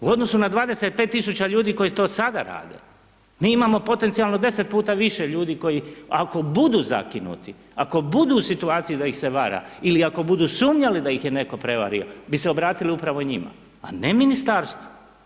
U odnosu na 25 000 ljudi koji to sada rade, mi imamo potencijalno 10 puta više ljudi koji ako budu zakinuti, ako budu u situaciji da ih se vara ili ako budu sumnjali da ih je netko prevario bi se obratili upravo njima a ne ministarstvu.